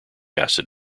acid